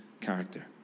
character